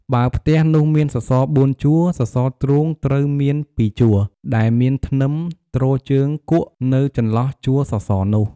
បើផ្ទះនោះមានសសរ៤ជួរ សសរទ្រូងត្រូវមាន២ជួរ ដែលមានធ្នឹមទ្រជើងគកនៅចន្លោះជួរសសរនោះ។